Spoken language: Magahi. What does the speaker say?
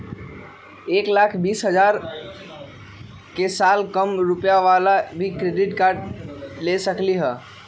एक लाख बीस हजार के साल कम रुपयावाला भी क्रेडिट कार्ड ले सकली ह?